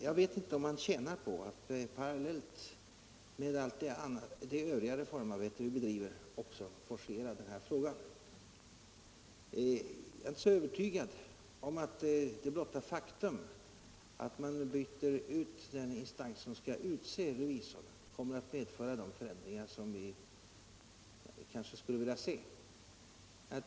Jag vet inte om man vinner något på att parallellt med allt det övriga reformarbete som vi bedriver också forcera denna fråga. Jag är inte så övertygad om att det blotta faktum att man byter ut den instans som skall utse revisorer kommer att medföra de förändringar som vi kanske skulle vilja se.